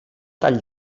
tall